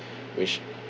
which